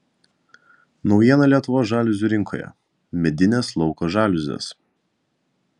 naujiena lietuvos žaliuzių rinkoje medinės lauko žaliuzės